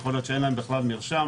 יכול להיות שאין להם בכלל מרשם,